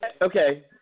Okay